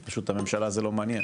כי פשוט את הממשלה זה לא מעניין,